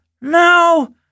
No